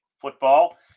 football